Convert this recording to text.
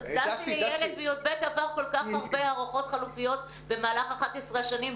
ילד בי"ב עבר כל כך הרבה הערכות חלופיות במהלך 11 השנים,